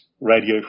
radio